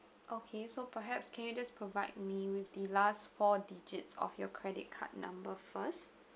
okay so perhaps can you just provide me with the last four digits of your credit card number first